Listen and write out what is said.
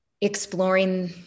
exploring